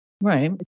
Right